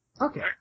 Okay